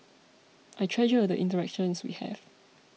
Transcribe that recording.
I treasure the interactions we have